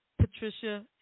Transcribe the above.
Patricia